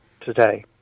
today